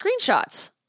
screenshots